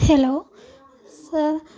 hello sir